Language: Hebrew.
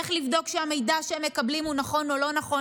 איך לבדוק שהמידע שהם מקבלים הוא נכון או לא נכון,